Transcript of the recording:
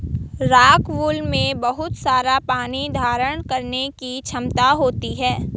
rockwool में बहुत सारा पानी धारण करने की क्षमता होती है